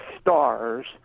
Stars